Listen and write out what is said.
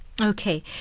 Okay